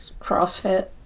CrossFit